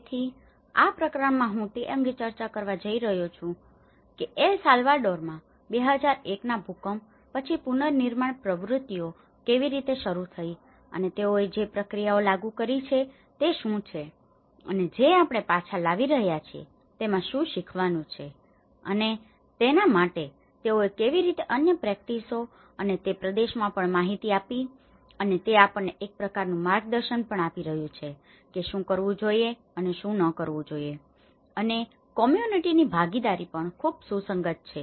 તેથી આ પ્રકરણમાં હું તે અંગે ચર્ચા કરવા જઇ રહ્યો છું કે એલ સાલ્વાડોરમાં 2001 ના ભૂકંપ પછી પુનર્નિર્માણ પ્રવૃત્તિઓ કેવી રીતે શરૂ થઈ અને તેઓએ જે પ્રક્રિયાઓ લાગુ કરી છે તે શું છે અને જે આપણે પાછા લાવી રહ્યા છીએ તેમાં શુ શીખવાનું છે અને તેના માટે તેઓએ કેવી રીતે અન્ય પ્રેક્ટીસોને અને તે પ્રદેશમાં પણ માહિતી આપી હતી અને તે આપણને એક પ્રકારનું માર્ગદર્શન પણ આપી રહ્યું છે કે શું કરવું જોઈએ અને શું ન કરવું જોઈએ અને કોમ્યુનીટીcommunityસમુદાયની ભાગીદારી પણ ખૂબ સુસંગત છે